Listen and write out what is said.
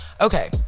Okay